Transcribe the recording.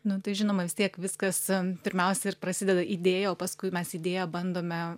nu tai žinoma vis tiek viskas pirmiausia ir prasideda idėja o paskui mes idėją bandome